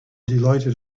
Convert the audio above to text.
delighted